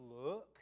look